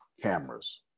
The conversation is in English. cameras